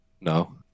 No